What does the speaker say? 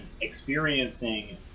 experiencing